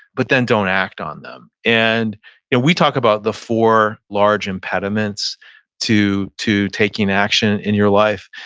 but then don't act on them and and we talk about the four large impediments to to taking action in your life.